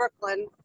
Brooklyn